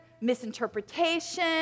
misinterpretation